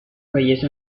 belleza